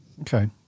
Okay